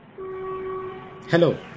Hello